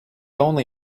only